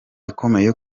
ikomeye